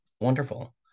wonderful